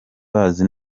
bazi